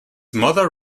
mother